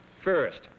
First